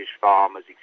farmers